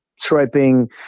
striping